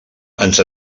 ens